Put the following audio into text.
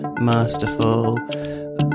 Masterful